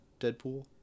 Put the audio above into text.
Deadpool